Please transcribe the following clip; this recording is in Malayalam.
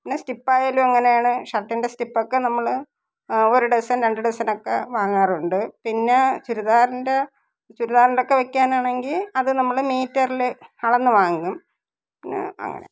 പിന്നെ സ്റ്റിപ്പായാലും അങ്ങനെയാണ് ഷര്ട്ടിൻ്റെ സ്റ്റിപ്പൊക്കെ നമ്മൾ ആ ഒരു ഡസന് രണ്ട് ഡസനൊക്കെ വാങ്ങാറുണ്ട് പിന്നെ ചുരിദാറിൻ്റെ ചുരിദാറിൻ്റെ ഒക്കെ വെയ്ക്കാനാണെങ്കിൽ അത് നമ്മൾ മീറ്ററിൽ അളന്ന് വാങ്ങും പിന്നെ അങ്ങനെ